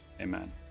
amen